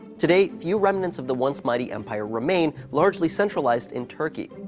today, few remnants of the once mighty empire remain, largely centralized in turkey.